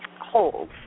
holes